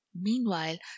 meanwhile